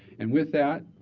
and with that,